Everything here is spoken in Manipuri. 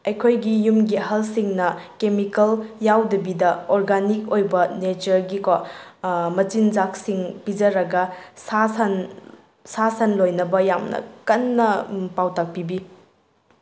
ꯑꯩꯈꯣꯏꯒꯤ ꯌꯨꯝꯒꯤ ꯑꯍꯜꯁꯤꯡꯅ ꯀꯦꯃꯤꯀꯦꯜ ꯌꯥꯎꯗꯕꯤꯗ ꯑꯣꯔꯒꯥꯅꯤꯛ ꯑꯣꯏꯕ ꯅꯦꯆꯔꯒꯤꯀꯣ ꯃꯆꯤꯟꯖꯥꯛꯁꯤꯡ ꯄꯤꯖꯔꯒ ꯁꯥ ꯁꯟ ꯁꯥ ꯁꯟ ꯂꯣꯏꯅꯕ ꯌꯥꯝꯅ ꯀꯟꯅ ꯄꯥꯎꯇꯥꯛ ꯄꯤꯕꯤ